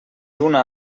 una